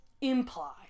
imply